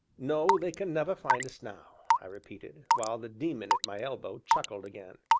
no, they can never find us now, i repeated, while the daemon at my elbow chuckled again.